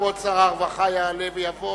כבוד שר הרווחה יעלה ויבוא